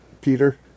Peter